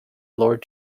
lord